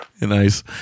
Nice